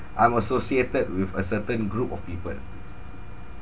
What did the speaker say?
I'm associated with a certain group of people